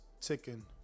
ticking